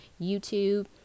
YouTube